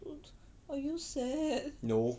no